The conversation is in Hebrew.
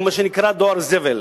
מה שנקרא דואר זבל.